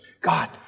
God